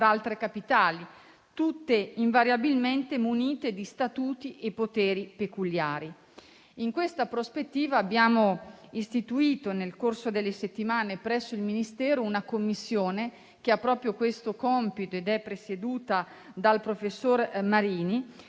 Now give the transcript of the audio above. altre capitali, tutte invariabilmente munite di statuti e poteri peculiari. In questa prospettiva, abbiamo istituito nel corso delle settimane presso il Ministero una commissione, presieduta dal professor Marini,